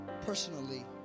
personally